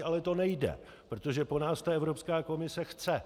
Ale to nejde, protože to po nás Evropská komise chce.